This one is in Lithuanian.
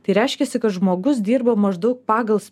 tai reiškiasi kad žmogus dirba maždaug pagal